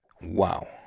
Wow